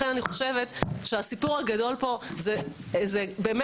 לכן אני חושבת שהסיפור הגדול פה זה באמת